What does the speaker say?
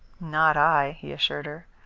not i, he assured her.